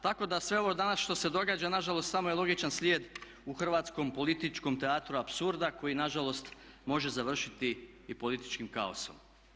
Tako da sve ovo danas što se događa nažalost samo je logičan slijed u hrvatskom političkom teatru apsurda koji nažalost može završiti i političkim kaosom.